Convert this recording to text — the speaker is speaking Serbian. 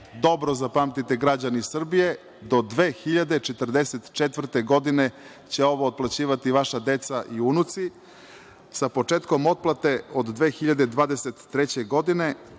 dobro zapamtite građani Srbije, do 2044. godine će ovo otplaćivati vaša deca i unuci, sa početkom otplate od 2023. godine,